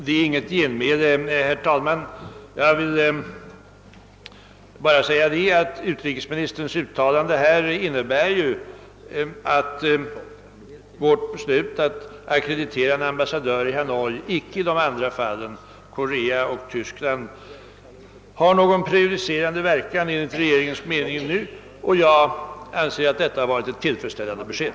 Herr talman! Detta skall inte bli något genmäle. Jag vill bara säga att utrikesministerns uttalande innebär att vårt beslut att ackreditera en ambassadör i Hanoi inte har någon prejudicerande verkan för Korea och Östtyskland enligt regeringens mening. Jag anser detta vara ett tillfredsställande besked.